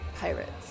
pirates